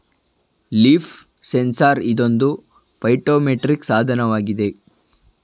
leaf sensor ಇದೊಂದು phytometric ಸಾಧನವಾಗಿದೆ